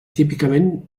típicament